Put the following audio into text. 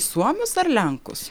suomius ar lenkus